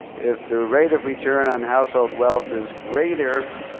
if the rate of return on household wealth is greater